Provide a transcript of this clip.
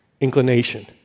inclination